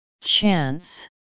Chance